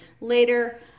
later